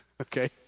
Okay